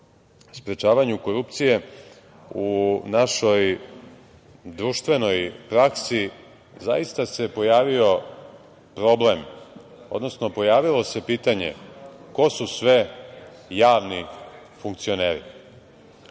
sprečavanju korupcije u našoj društvenoj praksi, zaista se pojavio problem, odnosno, pojavilo se pitanje ko su sve javni funkcioneri. Na